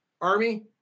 army